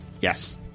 Yes